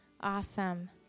Awesome